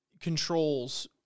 controls